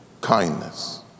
kindness